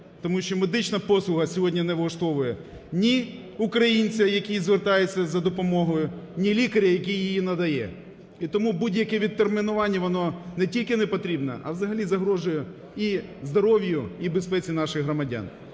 Тому що медична послуга сьогодні не влаштовує ні українця, який звертається за допомогою, ні лікаря, який її надає. І тому будь-яке відтермінування – воно не тільки не потрібне, а взагалі загрожує і здоров'ю, і безпеці наших громадян.